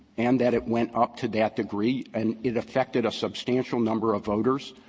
and that it went up to that degree and it affected a substantial number of voters,